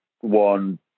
one